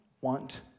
want